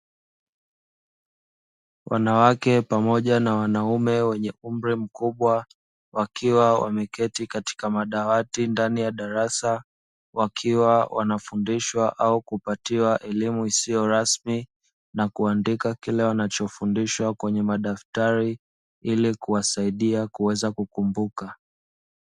Wanawake pamoja na wanaume wenye umri mkubwa wakiwa wameketi katika madawati ndani ya darasa wakiwa wanafundishwa au kupatiwa elimu isiyo rasmi na kuandika kile wanachofundishwa kwenye madaftari ili kuwasaidia kuweza kukumbuka